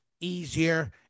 easier